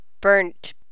burnt